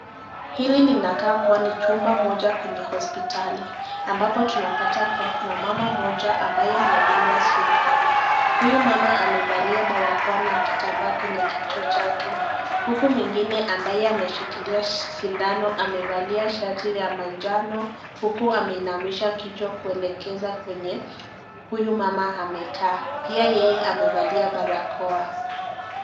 Hili linakaa kuwa ni chumba moja kwenye hospitali, ambapo tunapata kuwa kuna mama moja ambaye anadungwa sindano. Huyo mama amevalia barakoa na kitamba kwenye kicho chake. Huku mwingine ambaya ameshikilia sindano, amevalia shati ya manjano, huku ameinamisha kichwa kuelekeza kwenye huyo mama amekaa. Pia yeye amevalia barakoa.